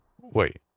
Wait